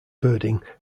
birding